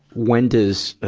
when does, ah,